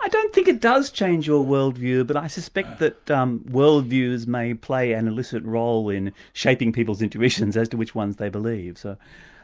i don't think it does change your world view, but i suspect that um world views may play an illicit role in shaping people's intuitions as to which ones they believe. so